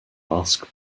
ask